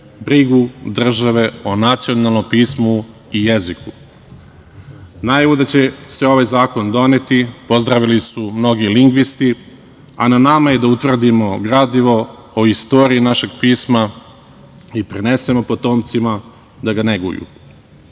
brigu države o nacionalnom pismu i jeziku. Najavu da će se ovaj zakon doneti pozdravili su mnogi lingvisti, a na nama je da utvrdimo gradivo o istoriji našeg pisma i prenesemo potomcima da ga neguju. Mnoge